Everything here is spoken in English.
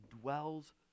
dwells